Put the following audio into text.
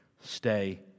stay